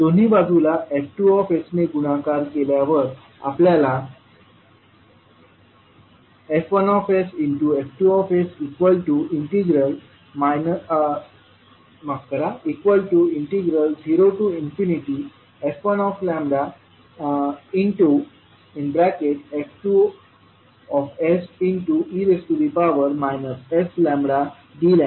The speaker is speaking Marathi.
दोन्ही बाजूला F2 ने गुणाकार केल्यावर आपल्याला F1sF2s0f1F2se sλdλअसे मिळेल